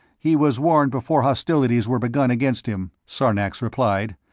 he was warned before hostilities were begun against him, sarnax replied.